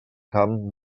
camp